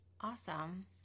Awesome